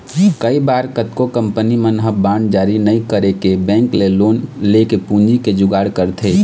कई बार कतको कंपनी मन ह बांड जारी नइ करके बेंक ले लोन लेके पूंजी के जुगाड़ करथे